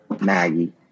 Maggie